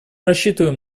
рассчитываем